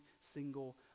single